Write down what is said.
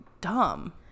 dumb